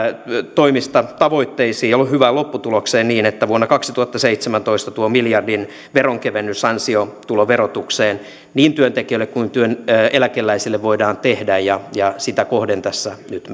toimista tavoitteisiin ja hyvään lopputulokseen niin että vuonna kaksituhattaseitsemäntoista tuo miljardin veronkevennys ansiotuloverotukseen niin työntekijöille kuin eläkeläisille voidaan tehdä sitä kohden tässä nyt